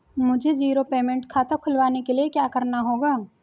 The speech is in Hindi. मुझे जीरो पेमेंट खाता खुलवाने के लिए क्या करना होगा?